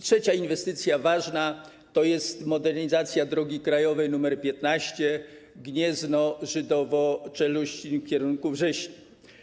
Trzecia ważna inwestycja to jest modernizacja drogi krajowej nr 15 Gniezno - Żydowo - Czeluścin w kierunku Wrześni.